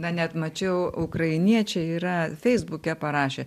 na net mačiau ukrainiečiai yra feisbuke parašė